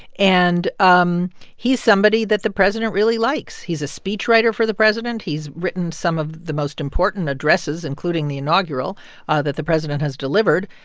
and um he's somebody that the president really likes. he's a speechwriter for the president. he's written some of the most important addresses, including the inaugural ah that the president has delivered.